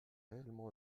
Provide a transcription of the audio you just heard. réellement